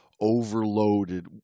overloaded